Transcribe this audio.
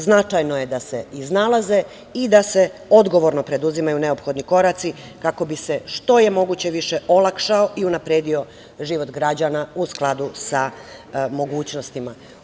Značajno je da se iznalaze i da se odgovorno preduzimaju neophodni koraci kako bi se što je moguće više olakšao i unapredio život građana u skladu sa mogućnostima.